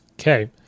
Okay